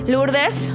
Lourdes